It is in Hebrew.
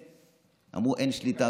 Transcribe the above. אמרו: כבר אין שליטה,